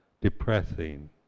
depressing